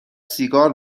سیگار